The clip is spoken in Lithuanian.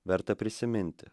verta prisiminti